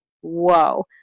whoa